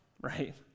right